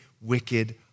wicked